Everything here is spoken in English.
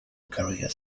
career